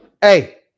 Hey